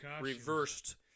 reversed